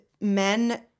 men